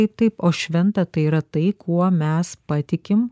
taip taip o šventa tai yra tai kuo mes patikim